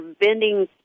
bending